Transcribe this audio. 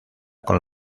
con